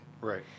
Right